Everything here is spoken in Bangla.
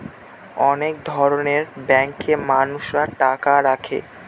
অনেক ধরনের ব্যাঙ্কে মানুষরা টাকা রাখে